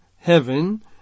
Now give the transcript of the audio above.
heaven